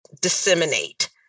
disseminate